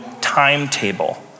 timetable